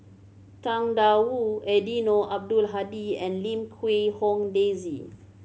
Tang Da Wu Eddino Abdul Hadi and Lim Quee Hong Daisy